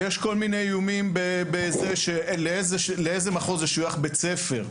יש כל מיני איומים לאיזה מחוז ישוייך בית ספר.